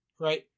right